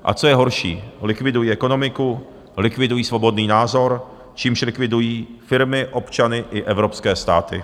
A co je horší, likvidují ekonomiku, likvidují svobodný názor, čímž likvidují firmy, občany i evropské státy.